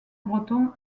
breton